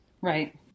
Right